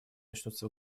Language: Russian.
начнутся